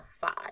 five